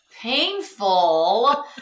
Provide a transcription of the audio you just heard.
painful